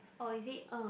oh is it